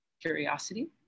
curiosity